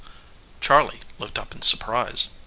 charley looked up in surprise.